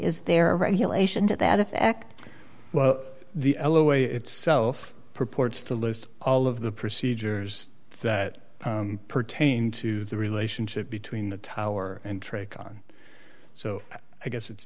is there a regulation to that effect well the elo itself purports to list all of the procedures that pertain to the relationship between the tower and track on so i guess it's